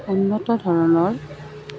উন্নত ধৰণৰ